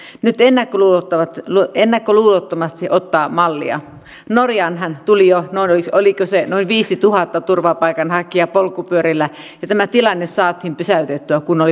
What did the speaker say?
olen käynyt kahden merkittävän lakiesityksen valmistelun puutteet läpi huolella jotta käy ilmi miksi kritiikki sipilän lainvalmistelun laatuun avoimuuteen ja rehellisyyteen on niin laajaa